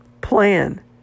plan